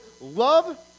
love